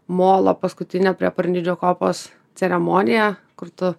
molo paskutinę prie parnidžio kopos ceremoniją kur tu